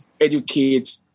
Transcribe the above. educate